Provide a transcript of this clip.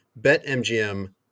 BetMGM